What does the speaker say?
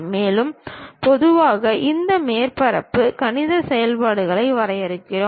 மேலும் பொதுவாக இந்த மேற்பரப்புகளை கணித செயல்பாடுகளால் வரையறுக்கிறோம்